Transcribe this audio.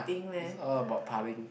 it's all about partying